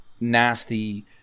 nasty